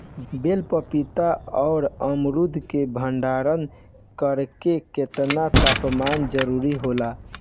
बेल पपीता और अमरुद के भंडारण करेला केतना तापमान जरुरी होला?